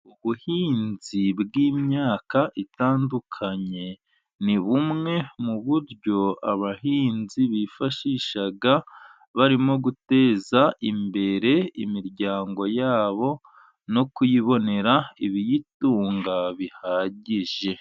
Ubuhinzi bw'imyaka itandukanye ni bumwe mu buryo abahinzi bifashisha barimo guteza imbere imiryango yabo no kuyibonera ibiyitunga bihagije.